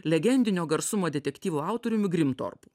legendinio garsumo detektyvų autoriumi grimtorpu